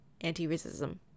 anti-racism